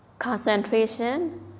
Concentration